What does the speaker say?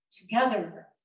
together